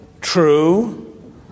true